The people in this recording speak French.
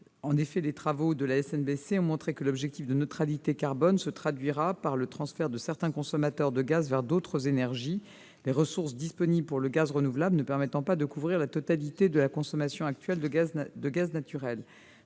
En effet, les travaux de la SNBC ont montré que l'objectif de neutralité carbone se traduira par le transfert de certains consommateurs de gaz vers d'autres énergies, les ressources disponibles pour le gaz renouvelable ne permettant pas de couvrir la totalité de la consommation actuelle de gaz naturel.